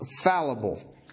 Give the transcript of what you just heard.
fallible